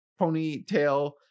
ponytail